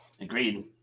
Agreed